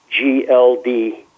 GLD